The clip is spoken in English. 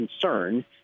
concern